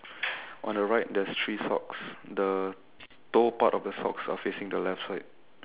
on the right there's three socks the toe part of the socks are facing the left side